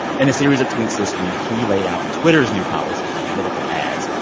in a series of tweets this week, he laid out twitter's new policy on political ads.